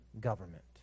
government